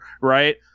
right